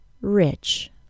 rich